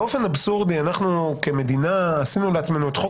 באופן אבסורדי אנחנו כמדינה עשינו לעצמנו את חוק